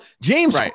James